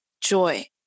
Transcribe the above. joy